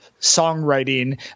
songwriting